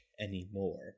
anymore